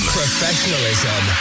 professionalism